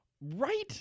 Right